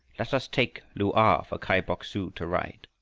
let us take lu-a for kai bok-su to ride.